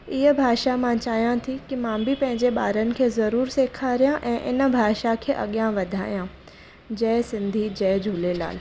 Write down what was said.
हीअ भाषा मां चाहियां थी की मां बि पंहिंजे ॿारनि खे ज़रूरु सेखारियां ऐं इन भाषा खे अॻियां वधायां जय सिंधी जय झूलेलाल